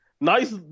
nice